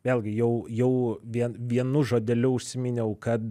vėlgi jau jau vien vienu žodeliu užsiminiau kad